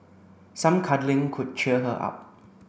some cuddling could cheer her up